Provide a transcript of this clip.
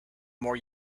more